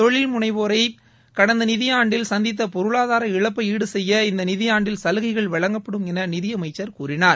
தொழில் முனைவோர் கடந்த நிதியாண்டில் சந்தித்த பொருளாதார இழப்பை ஈடுசெய்ய இந்த நிதியாண்டில் சலுகைகள் வழங்கப்படும் என நிதியமைச்சர் கூறினார்